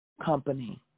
company